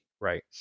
right